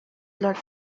lag